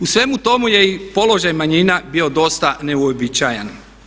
U svemu tomu je i položaj manjina bio dosta neuobičajen.